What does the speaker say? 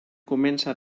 comença